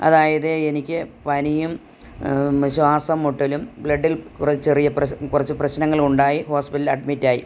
അതായത് എനിക്ക് പനിയും ശ്വാസം മുട്ടലും ബ്ലെഡിൽ കുറച്ച് ചെറിയ കുറച്ച് പ്രശ്നങ്ങളും ഉണ്ടായി ഹോസ്പിറ്റലിൽ അഡ്മിറ്റായി